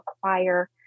acquire